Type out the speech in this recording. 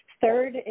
Third